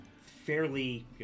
fairly